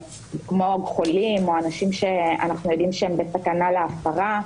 כמו חולים או אנשים שאנחנו יודעים שהם בסכנה להפרה.